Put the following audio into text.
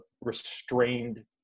restrained